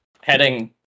heading